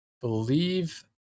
believe